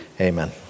amen